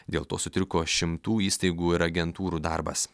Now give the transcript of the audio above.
dėl to sutriko šimtų įstaigų ir agentūrų darbas